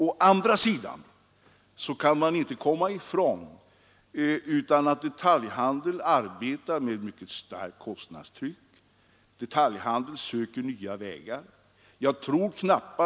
Å andra sidan kan man inte komma ifrån att detaljhandeln arbetar med ett starkt kostnadstryck. Den söker därför ständigt nya vägar för att nå konsumenten.